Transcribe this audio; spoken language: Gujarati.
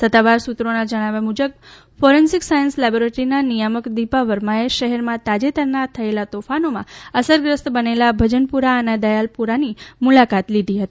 સત્તાવાર સૂત્રોના જણાવ્યા મુજબ ફોરેન્સીક સાયન્સ લેબોરેટરીના નિયામક દિપા વર્માએ શહેરના તાજેતરના તોફાનોમાં અસરગ્રસ્ત બનેલા ભજનપુરા અને દયાલપુરના મુલાકાત લીધી હતી